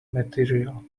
material